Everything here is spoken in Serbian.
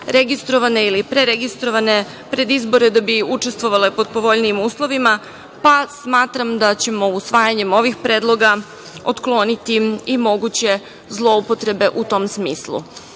ili pre registrovane pred izbore da bi učestvovale pod povoljnijim uslovima, pa smatram da ćemo usvajanjem ovih predloga otkloniti i moguće zloupotrebe u tom smislu.U